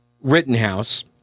Rittenhouse